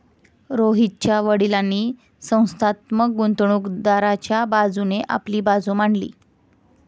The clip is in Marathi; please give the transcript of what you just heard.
रोहितच्या वडीलांनी संस्थात्मक गुंतवणूकदाराच्या बाजूने आपली बाजू मांडली